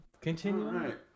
Continue